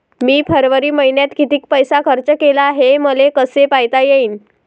मी फरवरी मईन्यात कितीक पैसा खर्च केला, हे मले कसे पायता येईल?